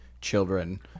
children